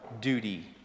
duty